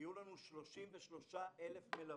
בנוסף יהיו לנו 33,000 מלווים,